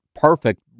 perfect